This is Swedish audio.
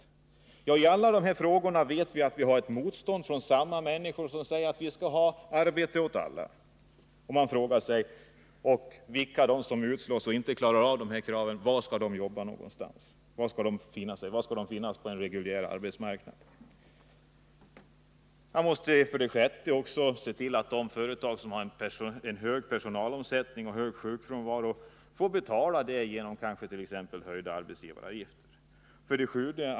I alla dessa frågor vet vi att vi har ett motstånd från samma människor som säger att de vill ha arbete åt alla. Men de som inte klarar av de här kraven utan slås ut, var skall de få jobb på en reguljär arbetsmarknad? 6. Man måste också se till att de företag som har hög personalomsättning och hög sjukfrånvaro tvingas att betala det genom t.ex. höjda arbetsgivaravgifter. 7.